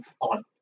on